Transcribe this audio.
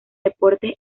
deportes